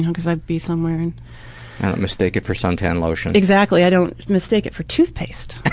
and because i'd be somewhere and i don't mistake it for suntan lotion. exactly! i don't mistake it for toothpaste and